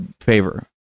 favor